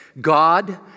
God